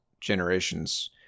generations